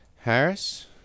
Harris